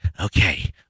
okay